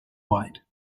white